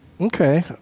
Okay